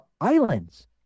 islands